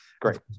Great